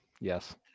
Yes